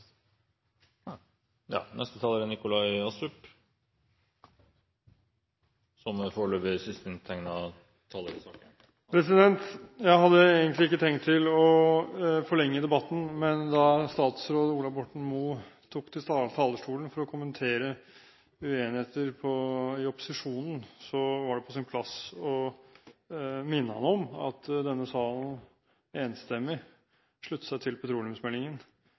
tenkt å forlenge debatten, men da statsråd Ola Borten Moe gikk på talerstolen for å kommentere uenigheter i opposisjonen, var det på sin plass å minne ham om at denne salen enstemmig sluttet seg til petroleumsmeldingen,